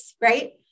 right